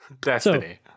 Destiny